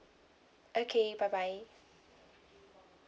okay bye bye